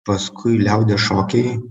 paskui liaudies šokiai